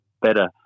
better